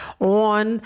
on